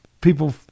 people